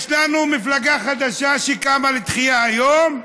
יש לנו מפלגה חדשה שקמה לתחייה היום,